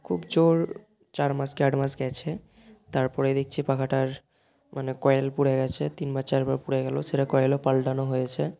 খুব জোর চার মাস কি আট মাস গিয়েছে তারপরেই দেখছি পাখাটার মানে কয়েল পুড়ে গিয়েছে তিনবার চারবার পুড়ে গেল সেটা কয়েলও পাল্টানো হয়েছে